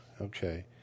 okay